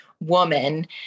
Woman